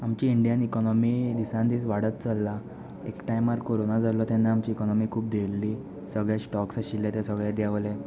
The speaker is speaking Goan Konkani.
आमची इंडियन इकनॉमी दिसान दीस वाडत चल्ला एक टायमार कोरोना जाल्लो तेन्ना आमची इकनॉमी खूब देंविल्ली सगळे स्टॉक्स आशिल्ले ते सगळे देंवले